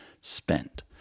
spent